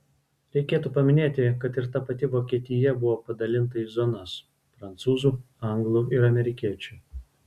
reikėtų paminėti kad ir ta pati vokietija buvo padalinta į zonas prancūzų anglų ir amerikiečių